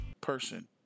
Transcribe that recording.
person